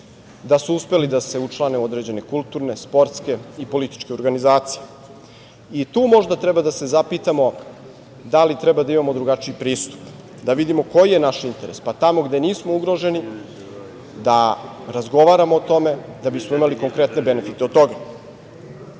da su uspeli da se učlane u određene kulturne, sportske i političke organizacije. Tu možda treba da se zapitamo da li treba da imamo drugačiji pristup, da vidimo koji je naš interes, pa tamo gde nismo ugroženi da razgovaramo o tome, da bismo imali konkretne benefite od toga. Na